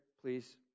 Please